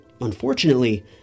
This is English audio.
unfortunately